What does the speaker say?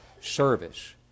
service